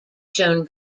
shown